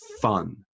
fun